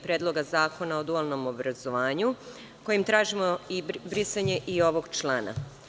Predloga zakona o dualnom obrazovanju kojim tražimo i brisanje ovog člana.